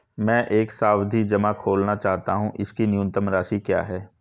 मैं एक सावधि जमा खोलना चाहता हूं इसकी न्यूनतम राशि क्या है?